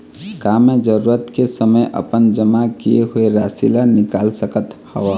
का मैं जरूरत के समय अपन जमा किए हुए राशि ला निकाल सकत हव?